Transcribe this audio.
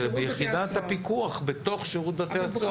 זה ביחידת הפיקוח בתוך שירות בתי הסוהר.